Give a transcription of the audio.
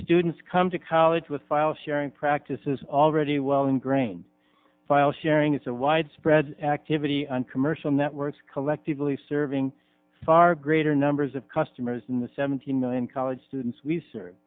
student come to college with file sharing practices already well in graine file sharing is a widespread activity on commercial networks collectively serving far greater numbers of customers in the seventeen million college students we se